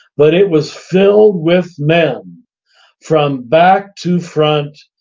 but it was filled with men from back to front,